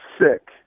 sick